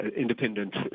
independent